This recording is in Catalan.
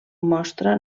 mostra